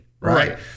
right